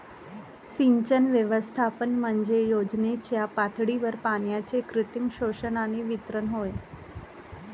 सिंचन व्यवस्थापन म्हणजे योजनेच्या पातळीवर पाण्याचे कृत्रिम शोषण आणि वितरण होय